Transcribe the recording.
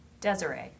Desiree